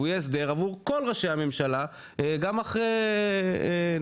והוא יהיה הסדר עבור כל ראשי הממשלה גם אחרי נתניהו,